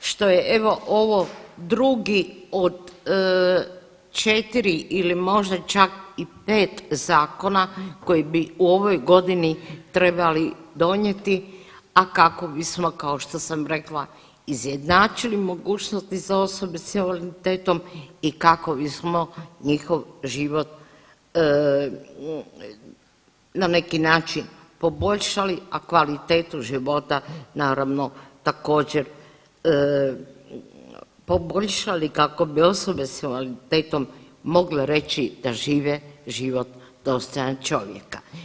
što je evo ovo drugi od 4 ili možda čak i 5 zakona koji bi u ovoj godini trebali donijeti, a kako bismo kao što sam rekla izjednačili mogućnosti za osobe s invaliditetom i kako bismo njihov život na neki način poboljšali, a kvalitetu života naravno također poboljšali kako bi osobe s invaliditetom mogle reći da žive život dostojan čovjeka.